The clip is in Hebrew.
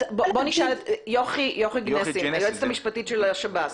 יוכי גנסין, היועצת המשפטית של השב"ס.